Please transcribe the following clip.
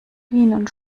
bienen